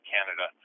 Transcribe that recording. Canada